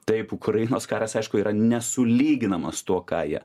taip ukrainos karas aišku yra nesulyginamas tuo ką jie